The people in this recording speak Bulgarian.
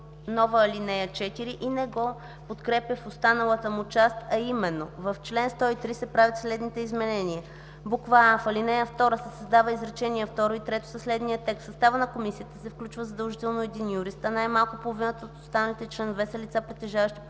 нова ал. 4 и не го подкрепя в останала му част, а именно: „В чл. 103 се правят следните изменения: а) В ал. 2 се създава изречение второ и трето със следния текст: „В състава на комисията се включва задължително един юрист, а най-малко половината от останалите членове са лица, притежаващи професионална